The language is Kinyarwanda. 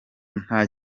nta